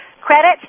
credit